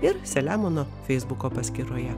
ir selemono feisbuko paskyroje